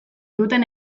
duten